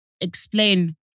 explain